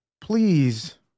Please